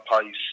pace